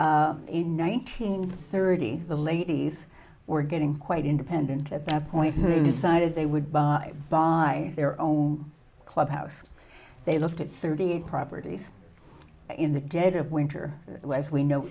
home in nineteen thirty the ladies were getting quite independent at that point decided they would buy by their own club house they looked at thirty properties in the dead of winter as we know